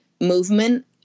movement